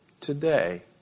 today